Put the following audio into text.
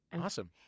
Awesome